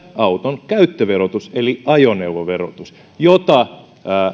auton käyttöverotus eli ajoneuvoverotus jota